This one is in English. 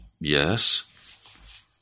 Yes